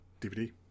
DVD